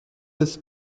his